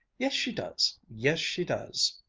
yes, she does yes, she does!